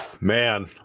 Man